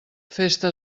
festa